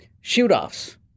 shoot-offs